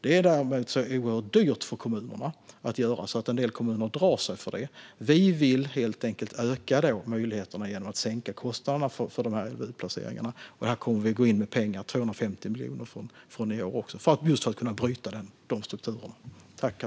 Det är däremot oerhört dyrt för kommunerna, och en del kommuner drar sig därför för det. Vi vill helt enkelt öka möjligheterna genom att sänka kostnaderna för LVU-placeringarna. Här kommer vi att gå in med 250 miljoner från i år, just för att kunna bryta de strukturerna.